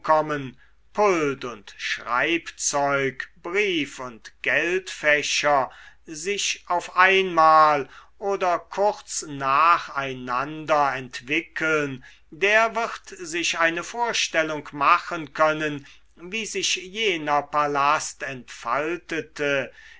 pult und schreibzeug brief und geldfächer sich auf einmal oder kurz nacheinander entwickeln der wird sich eine vorstellung machen können wie sich jener palast entfaltete